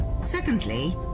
Secondly